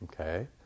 Okay